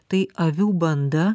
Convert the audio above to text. tai avių banda